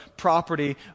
property